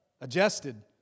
Adjusted